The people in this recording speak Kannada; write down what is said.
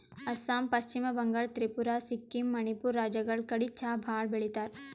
ಅಸ್ಸಾಂ, ಪಶ್ಚಿಮ ಬಂಗಾಳ್, ತ್ರಿಪುರಾ, ಸಿಕ್ಕಿಂ, ಮಣಿಪುರ್ ರಾಜ್ಯಗಳ್ ಕಡಿ ಚಾ ಭಾಳ್ ಬೆಳಿತಾರ್